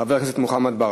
חבר הכנסת מוחמד ברכה.